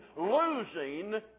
losing